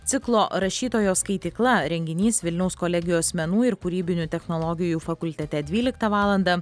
ciklo rašytojo skaitykla renginys vilniaus kolegijos menų ir kūrybinių technologijų fakultete dvyliktą valandą